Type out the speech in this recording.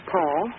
Paul